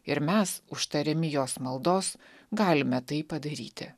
ir mes užtariami jos maldos galime tai padaryti